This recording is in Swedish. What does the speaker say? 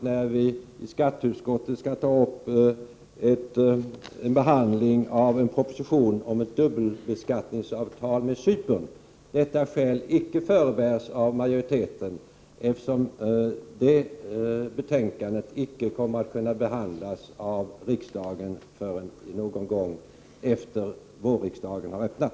När vi i skatteutskottet skall ta upp en behandling av en proposition om ett dubbelbeskattningsavtal med Cypern, förmodar jag att detta skäl icke förebärs av majoriteten, eftersom det betänkandet icke kommer att kunna behandlas av riksdagen förrän någon gång efter vårriksdagens öppnande.